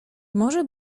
może